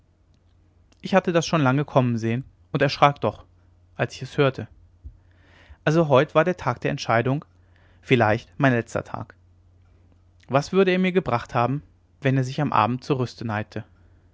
ich hatte das schon lange kommen sehen und erschrak doch als ich es hörte also heut war der tag der entscheidung vielleicht mein letzter tag was würde er mir gebracht haben wenn er sich am abende zur rüste neigte